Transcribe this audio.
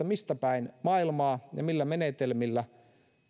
mistä päin maailmaa ja millä menetelmillä